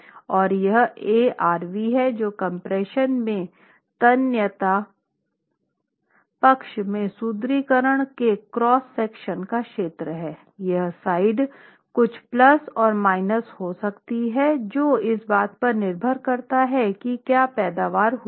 और यह A rv है जो कम्प्रेशन में तन्यता पक्ष में सुदृढीकरण के क्रॉस सेक्शन का क्षेत्र है यह साइड कुछ प्लस और माइनस हो सकता है जो इस बात पर निर्भर करता है कि क्या पैदावार हुई है